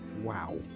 wow